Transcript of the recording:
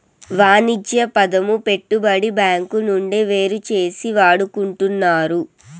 వాణిజ్య పదము పెట్టుబడి బ్యాంకు నుండి వేరుచేసి వాడుకుంటున్నారు